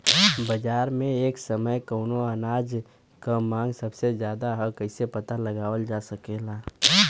बाजार में एक समय कवने अनाज क मांग सबसे ज्यादा ह कइसे पता लगावल जा सकेला?